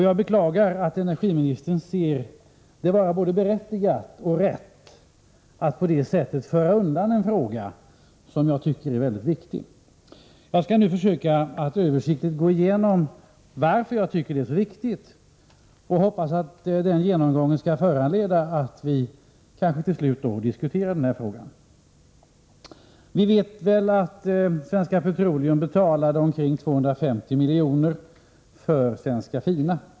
Jag beklagar att energiministern ser det som både berättigat och riktigt att på detta sätt föra undan en fråga som jag tycker är mycket viktig. Jag skall nu försöka att översiktligt gå igenom varför jag tycker att detta är så viktigt. Jag hoppas att den genomgången skall föranleda att vi till slut skall kunna diskutera den här frågan. Vi vet att Svenska Petroleum betalade omkring 250 milj.kr. för Svenska Fina.